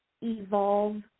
Evolve